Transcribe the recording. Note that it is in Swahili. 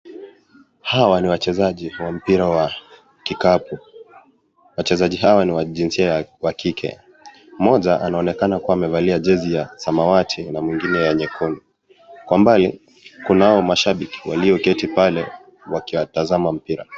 Hawa ni wachezaji wa mpira wa kikapu wachezaji hawa ni wa jinsia wa kike, moja anaoneka akiwa amevalia jezi ya samawati na mwingine ya nyekundu. Kwa mbali kunao mashabiki walio keti pale wakitazama mpira.